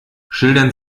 schildern